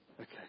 Okay